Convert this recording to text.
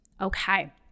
Okay